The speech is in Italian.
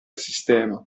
sistema